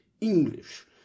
English